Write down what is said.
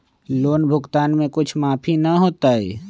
Loan भुगतान में कुछ माफी न होतई?